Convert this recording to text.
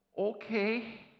okay